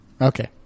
Okay